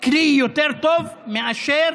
כלי יותר טוב מאשר